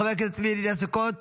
חבר הכנסת צבי ידידיה סוכות,